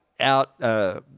out